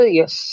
yes